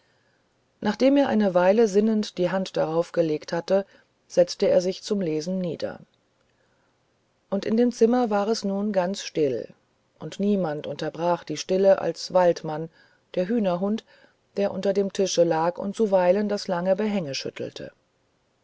nachdem er eine weile sinnend die hand daraufgelegt hatte setzte er sich zum lesen nieder und in dem zimmer war es nun ganz still und niemand unterbrach die stille als waldmann der hühnerhund der unter dem tische lag und zuweilen das lange behänge schüttelte